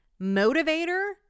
motivator